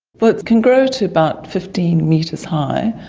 but can grow to about fifteen metres high,